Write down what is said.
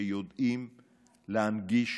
שיודעים להנגיש,